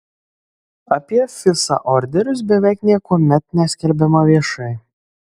apie fisa orderius beveik niekuomet neskelbiama viešai